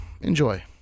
Enjoy